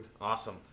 Awesome